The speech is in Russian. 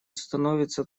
становится